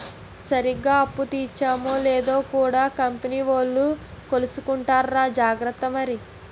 సరిగ్గా అప్పు తీర్చేమో లేదో కూడా కంపెనీ వోలు కొలుసుకుంటార్రా జార్త మరి